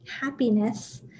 happiness